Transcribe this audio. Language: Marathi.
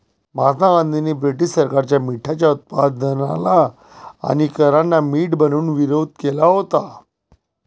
महात्मा गांधींनी ब्रिटीश सरकारच्या मिठाच्या उत्पादनाला आणि करांना मीठ बनवून विरोध केला होता